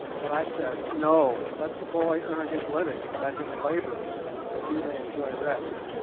but i said, no, let the boy earn his living, let him labour that he may enjoy rest.